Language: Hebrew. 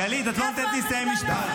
גלית, את לא נותנת לי לסיים משפט.